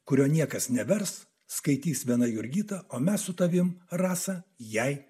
kurio niekas nevers skaitys viena jurgita o mes su tavimi rasa jai